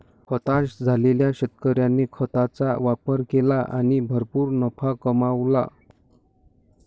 हताश झालेल्या शेतकऱ्याने खताचा वापर केला आणि भरपूर नफा कमावला